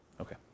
Okay